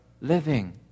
living